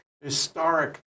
historic